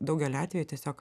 daugeliu atveju tiesiog